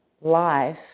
life